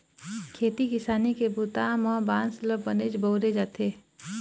खेती किसानी के बूता म बांस ल बनेच बउरे जाथे